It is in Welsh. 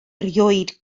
erioed